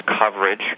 coverage